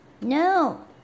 No